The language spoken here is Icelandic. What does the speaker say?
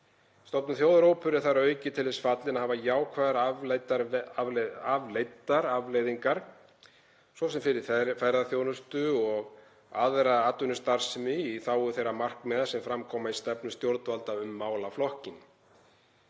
Stofnun Þjóðaróperu er þar að auki til þess fallin að hafa jákvæðar afleiddar afleiðingar, svo sem fyrir ferðaþjónustu og aðra atvinnustarfsemi, í þágu þeirra markmiða sem fram koma í stefnu stjórnvalda um málaflokkinn.“